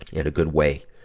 and a good way,